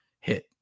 hit